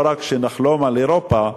לא רק שנחלום על אירופה,